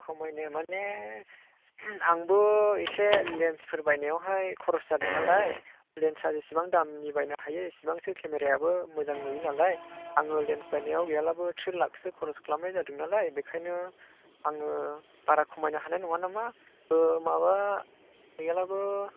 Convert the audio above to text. खमायनो मानि आंबो एसे लेन्सफोर बायनायावहाय खरस जादों नालाय लेन्सआ जिसिबां दामनि बायनो हायो एसिबांसो केमेरायाबो मोजां नुयो नालाय आङो लेन्स बायनायाव गैयालाबो थ्रि लाखसो खरस खालामनाय जादों नालाय बेखायनो आङो बारा खमायनो हानाय नङा नामा माबा गैयाब्लाबो